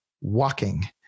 walking